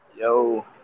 Yo